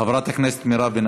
חברת הכנסת מירב בן